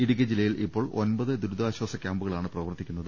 ഇടുക്കി ജില്ലയിൽ ഇപ്പോൾ ഒമ്പത് ദുരിതാശ്വാസ ക്യാമ്പുകളാണ് പ്രവർത്തിക്കുന്നത്